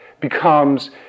becomes